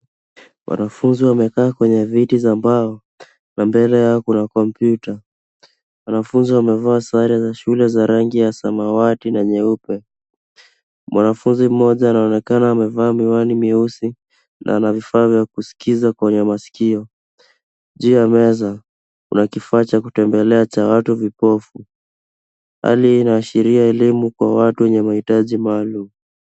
Wanafunzi wamekaa kwenye viti za mbao na mbele yao kuna kompyuta. Wanafunzi wamevaa sare za shule ya rangi ya samawati na nyeupe. Mwanafunzi mmoja anaonekana amevaa miwani mieusi na ana vifaa vya kuskiza kwenye masikio. Juu ya meza kuna kifaa cha kutembelea cha watu vipofu. Hali hii inaashiria elimu kwa watu wenye mahitaji maalum.